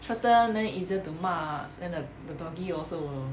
shorter then easier to 骂 then the the doggy also will